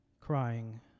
crying